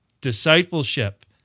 discipleship